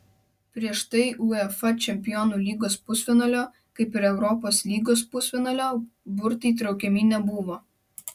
prieš tai uefa čempionų lygos pusfinalio kaip ir europos lygos pusfinalio burtai traukiami nebuvo